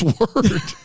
word